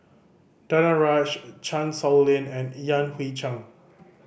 Danaraj Chan Sow Lin and Yan Hui Chang